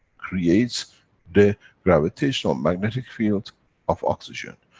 creates the gravitational magnetic field of oxygen.